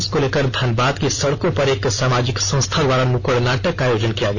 इसको लेकर धनबाद की सड़कों पर एक सामाजिक संस्था द्वारा नुक्कड़ नाटक का आयोजन किया गया